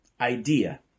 idea